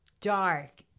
dark